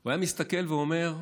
הוא היה מסתכל ואומר,